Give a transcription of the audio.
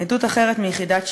עדות אחרת מיחידת שריון,